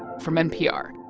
from npr.